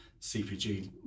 CPG